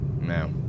No